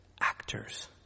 actors